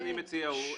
אני מציע,